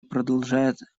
продолжает